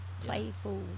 playful